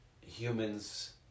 humans